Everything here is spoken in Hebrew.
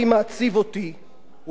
הוא אומר, מה אני כבר מבקש?